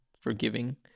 forgiving